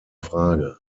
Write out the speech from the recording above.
frage